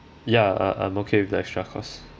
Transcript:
ya uh I'm okay with the extra cost